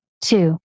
two